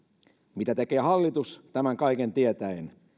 mitä tekee hallitus tämän kaiken tietäen